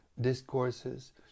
Discourses